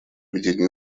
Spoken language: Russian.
ведения